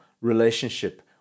relationship